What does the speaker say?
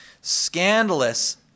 scandalous